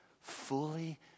fully